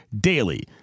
DAILY